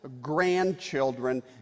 grandchildren